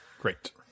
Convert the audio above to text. Great